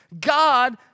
God